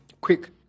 Quick